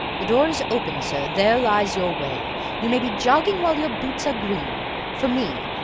the door is open, sir there lies your way you may be jogging whiles your boots are green for me,